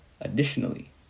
Additionally